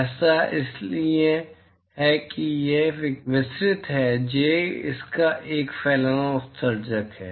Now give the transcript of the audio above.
ऐसा इसलिए है कि यह विसरित है j इसका एक फैलाना उत्सर्जक है